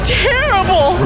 terrible